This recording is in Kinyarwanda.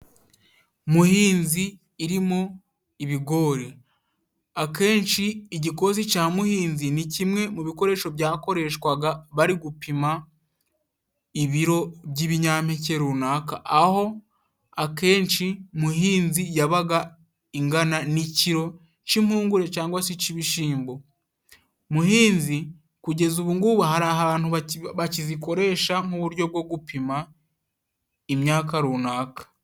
Muhinzi irimo ibigori, akenshi igikosi ca muhinzi ni kimwe mu bikoresho byakoreshwaga, bari gupima ibiro by'ibinyampeke runaka, aho akenshi muhinzi yabaga ingana n'ikiro c'impungure cangwa si ic'ibishimbo. Muhinzi, kugeza ubu ngubu, hari ahantu bakizikoresha nk'uburyo bwo gupima imyaka runaka.